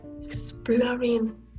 exploring